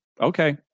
okay